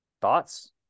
Thoughts